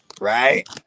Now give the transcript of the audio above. Right